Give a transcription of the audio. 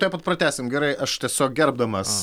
tuoj pat pratęsim gerai aš tiesiog gerbdamas